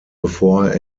bevor